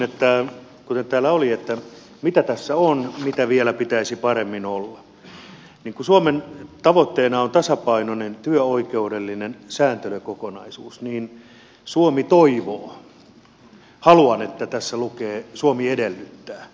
kuten täällä oli että mitä tässä on mitä pitäisi vielä paremmin olla niin kun suomen tavoitteena on tasapainoinen työoikeudellinen sääntelykokonaisuus niin suomi toivoo haluan että tässä lukee suomi edellyttää